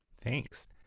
Thanks